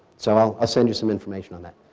so i'll send you some information on that.